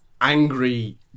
angry